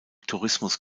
tourismus